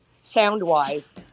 sound-wise